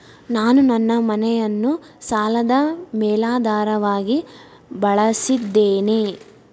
ನಾನು ನನ್ನ ಮನೆಯನ್ನು ಸಾಲದ ಮೇಲಾಧಾರವಾಗಿ ಬಳಸಿದ್ದೇನೆ